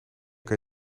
kan